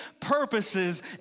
purposes